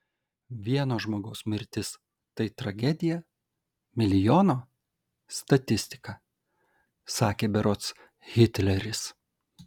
vieno žmogaus mirtis tai tragedija milijono statistika sakė berods hitleris